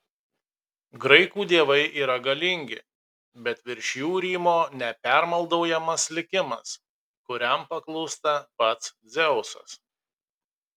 graikų dievai yra galingi bet virš jų rymo nepermaldaujamas likimas kuriam paklūsta pats dzeusas